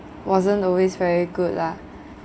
wasn't always very good lah